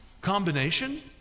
combination